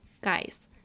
Guys